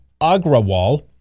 Agrawal